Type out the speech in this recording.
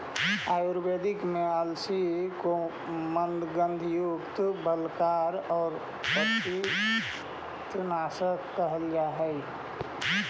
आयुर्वेद में अलसी को मन्दगंधयुक्त, बलकारक और पित्तनाशक कहल जा हई